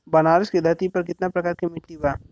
बनारस की धरती पर कितना प्रकार के मिट्टी बा?